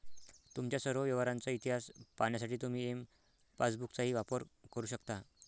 तुमच्या सर्व व्यवहारांचा इतिहास पाहण्यासाठी तुम्ही एम पासबुकचाही वापर करू शकता